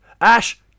Ash